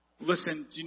listen